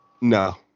No